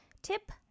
Tip